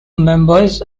members